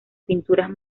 pinturas